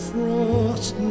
Frost